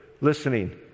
listening